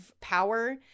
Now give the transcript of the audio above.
power